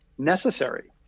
necessary